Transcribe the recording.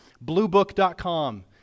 bluebook.com